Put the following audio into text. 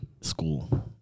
School